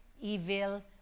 evil